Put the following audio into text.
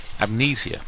amnesia